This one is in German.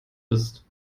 ist